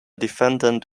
defendant